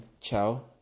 Ciao